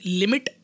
limit